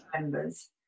members